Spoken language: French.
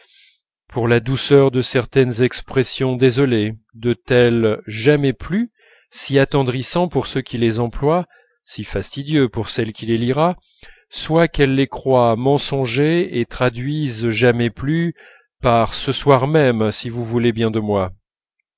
pour la douceur de certaines expressions désolées de tels jamais plus si attendrissants pour ceux qui les emploient si fastidieux pour celle qui les lira soit qu'elle les croie mensongers et traduise jamais plus par ce soir même si vous voulez bien de moi